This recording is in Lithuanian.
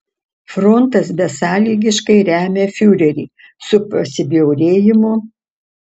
frontas besąlygiškai remia fiurerį su pasibjaurėjimu